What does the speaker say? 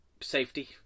safety